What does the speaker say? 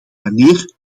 wanneer